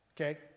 okay